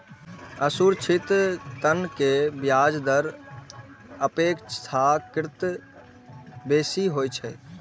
असुरक्षित ऋण के ब्याज दर अपेक्षाकृत बेसी होइ छै